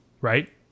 right